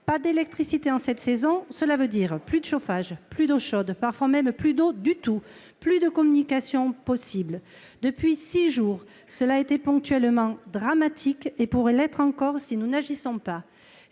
Pas d'électricité en cette saison, cela veut dire plus de chauffage, plus d'eau chaude, parfois même plus d'eau du tout, plus de communications possibles. Depuis six jours, cela a été ponctuellement dramatique et pourrait l'être encore si nous n'agissons pas.